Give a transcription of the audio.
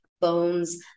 bones